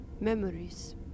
memories